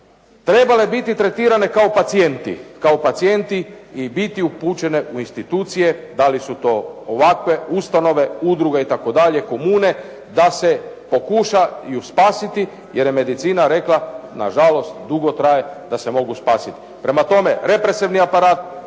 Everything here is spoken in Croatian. trebale biti tretirane kao pacijenti i bit upućene u institucije, da li su to ovakve ustanove, udruge itd., komune, da se pokušaju spasiti jer je medicina rekla nažalost, dugo traje da se mogu spasiti. Prema tome, represivni aparat